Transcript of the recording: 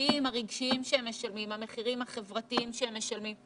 הנפשיים והרגשיים שהם משלמים והמחירים החברתיים שהם משלמים,